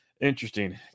Interesting